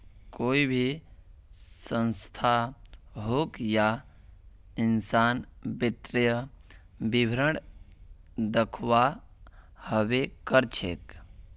कोई भी संस्था होक या इंसान वित्तीय विवरण दखव्वा हबे कर छेक